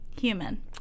Human